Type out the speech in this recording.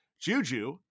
Juju